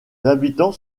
habitants